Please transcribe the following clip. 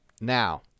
Now